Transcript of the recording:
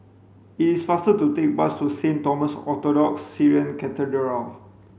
it is faster to take bus to Saint Thomas Orthodox Syrian Cathedral